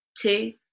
two